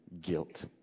guilt